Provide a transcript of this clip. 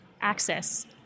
access